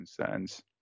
concerns